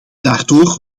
daardoor